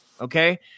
Okay